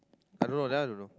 I don't know that one I don't know